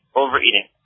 overeating